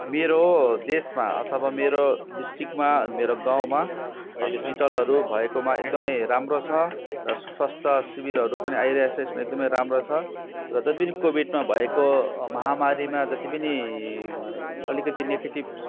मेरो देशमा अथवा मेरो डिस्ट्रिक्टमा मेरो गाउँमा हस्पिटलहरू भएकोमा एकदम राम्रो छ र स्वास्थ्य शिविरहरू पनि आइरहेको छ यसमा एकदम राम्रो छ र जति पनि कोभिडमा भएको महामारीमा जति पनि अलिकति नेगेटिभ